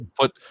put